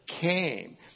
Came